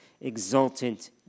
exultant